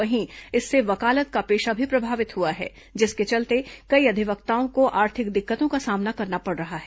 वहीं इससे वकालत का पेशा भी प्रभावित हुआ है जिसके चलते कई अधिवक्ताओं को आर्थिक दिक्कतों का सामना करना पड़ रहा है